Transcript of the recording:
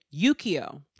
Yukio